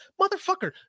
motherfucker